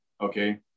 okay